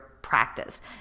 practice